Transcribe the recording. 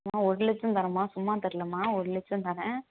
மா ஒரு லட்சம் தரோம்மா சும்மா தரலம்மா ஒரு லட்சம் தரேன்